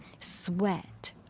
sweat